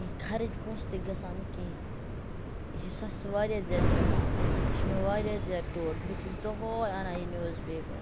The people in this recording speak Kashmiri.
خرچ پونٛسہٕ تہِ گَژھان کینٛہہ یہِ چھُ سَستہٕ واریاہ زیادٕ پیٚوان یہِ چھُ مےٚ واریاہ زیاد ٹوٹھ بہٕ چھَس دُہٲے اَنان یہِ نِوز پیپَر